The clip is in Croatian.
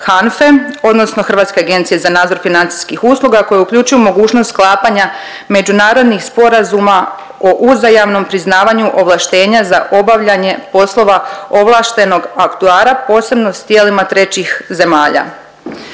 HANFE odnosno Hrvatske agencije za nadzor financijskih usluga koje uključuju mogućnost sklapanja međunarodnih sporazuma o uzajamnom priznavanju ovlaštenja za obavljanje poslova ovlaštenog …/Govornica se ne razumije./… posebno s tijelima trećih zemalja.